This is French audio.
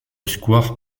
square